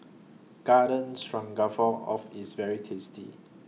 Garden Stroganoff IS very tasty